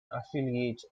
affiliate